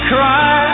cry